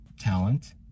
talent